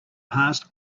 past